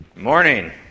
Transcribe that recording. morning